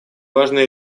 важные